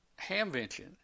Hamvention